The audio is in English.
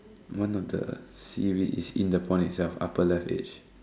the one on the seaweed is in the pond itself upper left is